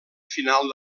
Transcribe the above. final